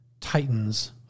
titans